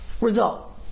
result